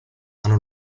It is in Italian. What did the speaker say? hanno